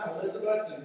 Elizabeth